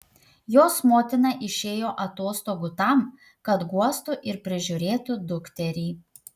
jos motina išėjo atostogų tam kad guostų ir prižiūrėtų dukterį